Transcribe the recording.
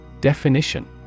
Definition